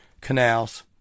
canals